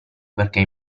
perché